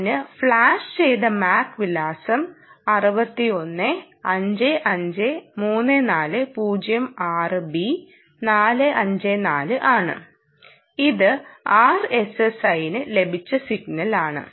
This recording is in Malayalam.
അതിനാൽ ഫ്ലാഷ് ചെയ്ത MAC വിലാസം 61 553406 b 454 ആണ് ഇത് RSSIന് ലഭിച്ച സിഗ്നൽ ആണ്